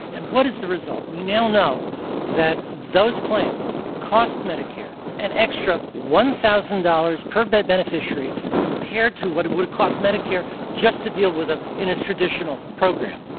and what is the result? we now know that those plans cost medicare an extra one thousand dollars per but beneficiary compared to what it would have cost medicare just to deal with them in a traditional program.